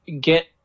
get